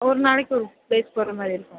ஒரு நாளைக்கு ஒரு ப்ளேஸ் போகிற மாதிரி இருக்கும்